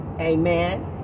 Amen